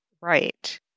Right